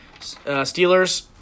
Steelers